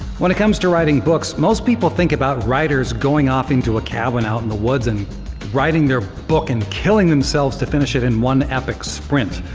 when it comes to writing books, most people think about writers going off into a cabin out in the woods, and writing their book and killing themselves to finish it in one epic sprint.